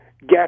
get